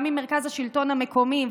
גם עם מרכז השלטון המקומי,